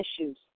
issues